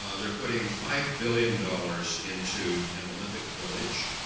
ah they're putting five billion dollars into an olympic village